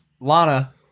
Lana